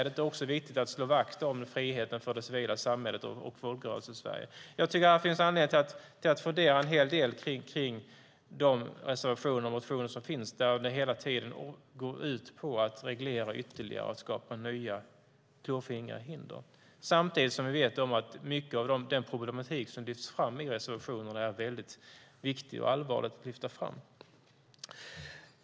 Är det inte också viktigt att slå vakt om friheten för det civila samhället och Folkrörelsesverige? Det finns anledning att fundera en hel del på de reservationer och motioner som finns och som hela tiden går ut på att reglera ytterligare och skapa nya klåfingriga hinder. Samtidigt vet vi att mycket av den problematik som lyfts fram i reservationerna är allvarlig och viktig att lyfta fram.